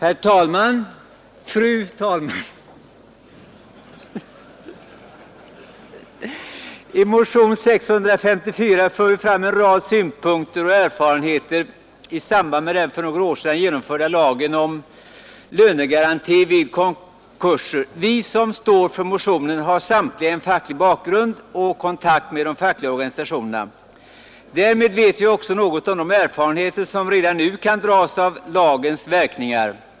Fru talman! I motionen 654 för vi fram en rad synpunkter och erfarenheter i samband med den för några år sedan genomförda lagen om lönegaranti vid konkurser. Vi som står för motionen har samtliga en facklig bakgrund och kontakt med de fackliga organisationerna. Därmed vet vi också något om de erfarenheter som redan nu kan dras av lagens verkningar.